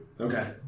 okay